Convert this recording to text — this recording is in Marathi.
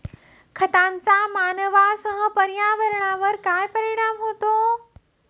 खतांचा मानवांसह पर्यावरणावर काय परिणाम होतो?